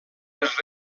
les